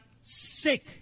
sick